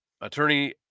Attorney